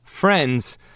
Friends